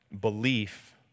belief